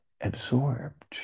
absorbed